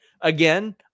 again